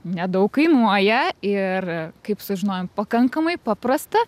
nedaug kainuoja ir kaip sužinojom pakankamai paprasta